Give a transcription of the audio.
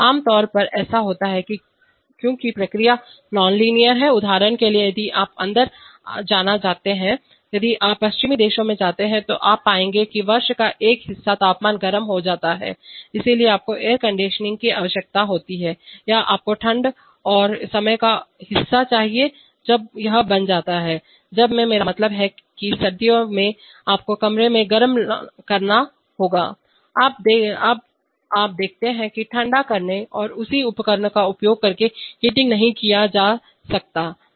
आम तौर पर ऐसा होता है क्योंकि प्रक्रिया नॉनलीनार है उदाहरण के लिए यदि आप अंदर जाना चाहते हैं यदि आप पश्चिमी देशों में जाते हैं तो आप पाएंगे कि वर्ष का एक हिस्सा तापमान गर्म हो जाता है इसलिए आपको एयर कंडीशनिंग की आवश्यकता होती है या आपको ठंडा और समय का हिस्सा चाहिए जब यह बन जाता है जब में मेरा मतलब है कि सर्दियों में आपको कमरे को गर्म करना होगा अब आप देखते हैं कि ठंडा करना और उसी उपकरण का उपयोग करके हीटिंग नहीं किया जा सकता है